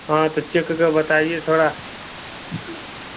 हाँ तो चेक करके बताइये थोड़ा